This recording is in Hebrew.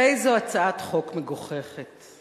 איזו הצעת חוק מגוחכת,